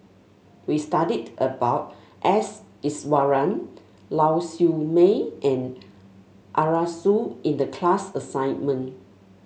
we studied about S Iswaran Lau Siew Mei and Arasu in the class assignment